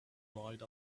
dried